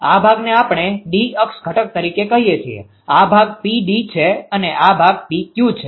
આ ભાગને આપણે d અક્ષ ઘટક તરીકે કહીએ છીએ આ ભાગ 𝑃𝑑 છે અને આ ભાગ 𝑃𝑞 છે